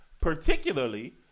particularly